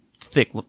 thick